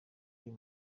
uyu